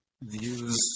views